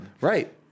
Right